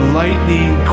lightning